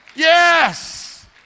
Yes